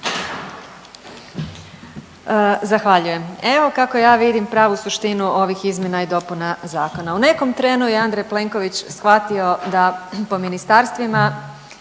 Zahvaljujem. Evo kako ja vidim pravu suštinu ovih izmjena i dopuna zakona. U nekom trenu je Andrej Plenković shvatio da po ministarstvima